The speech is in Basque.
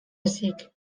ezik